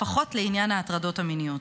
לפחות לעניין ההטרדות המיניות.